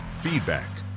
feedback